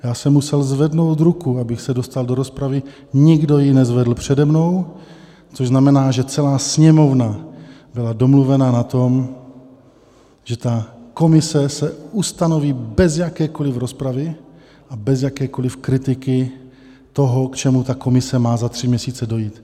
Já jsem musel zvednout ruku, abych se dostal do rozpravy, nikdo ji nezvedl přede mnou, což znamená, že celá Sněmovna byla domluvená na tom, že komise se ustanoví bez jakékoliv rozpravy a bez jakékoliv kritiky toho, k čemu ta komise má za tři měsíce dojít.